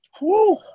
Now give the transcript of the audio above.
Woo